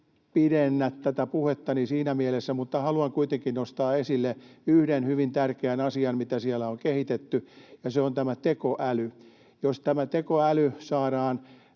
pidennä tätä puhettani siinä mielessä, mutta haluan kuitenkin nostaa esille yhden hyvin tärkeän asian, mitä siellä on kehitetty, ja se on tämä tekoäly. Jos tekoäly saadaan